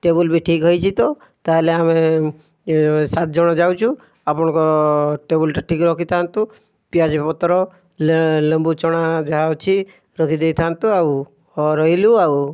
table ବି ଠିକ ହେଇଛି ତ ତାହେଲେ ଆମେ ସାତଜଣ ଯାଉଛୁ ଆପଣଙ୍କ ଟେବୁଲ୍ଟା ଠିକ ରଖିଥାନ୍ତୁ ପିଆଜପତ୍ର ଲେମ୍ବୁ ଚଣା ଯାହା ଅଛି ରଖି ଦେଇଥାନ୍ତୁ ଆଉ ହଁ ରହିଲୁ ଆଉ